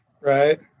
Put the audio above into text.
Right